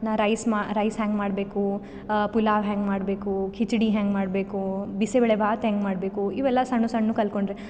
ನಾ ರೈಸ್ ಮಾ ರೈಸ್ ಹೆಂಗೆ ಮಾಡಬೇಕು ಪುಲಾವು ಹೆಂಗೆ ಮಾಡಬೇಕು ಖಿಚಡಿ ಹೆಂಗೆ ಮಾಡಬೇಕು ಬಿಸಿಬೇಳೆ ಭಾತು ಹೆಂಗೆ ಮಾಡಬೇಕು ಇವೆಲ್ಲ ಸಣ್ಣ ಸಣ್ಣ ಕಲ್ತೊಂಡೆರಿ